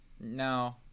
no